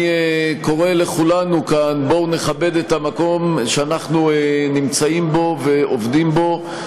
אני קורא לכולנו כאן: בואו נכבד את המקום שאנחנו נמצאים בו ועובדים בו,